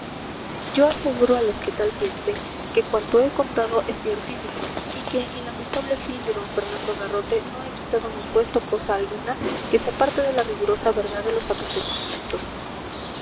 yo aseguro a los que tal piensen que cuanto he contado es ciertísimo y que en el lamentable fin de d fernando garrote no he quitado ni puesto cosa alguna que se aparte de la rigurosa verdad de los acontecimientos